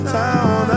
town